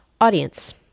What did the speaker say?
Audience